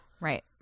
Right